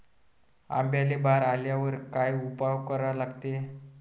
आंब्याले बार आल्यावर काय उपाव करा लागते?